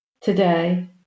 today